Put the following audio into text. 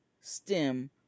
stem